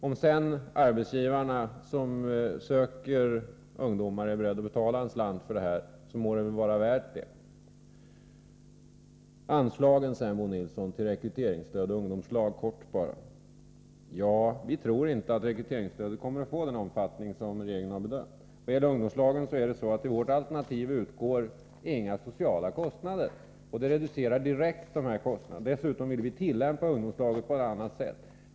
Om sedan arbetsgivarna som söker ungdomar är beredda att betala en slant för detta, må det väl vara värt det. Sedan helt kort om anslagen till rekryteringsstöd och ungdomslag. Vi tror inte att rekryteringsstödet kommer att få den omfattning som regeringen har bedömt. När det gäller ungdomslagen utgår i vårt alternativ inga sociala kostnader, och det reducerar direkt utgifterna. Dessutom vill vi tillämpa ungdomslagen på ett annat sätt.